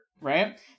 right